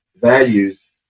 values